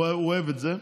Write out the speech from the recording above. הוא אוהב את זה.